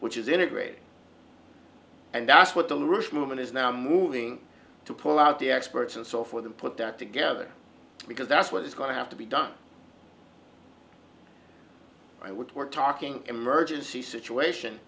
which is integrated and that's what the roots movement is now moving to pull out the experts and so forth and put that together because that's what is going to have to be done by what we're talking emergency situation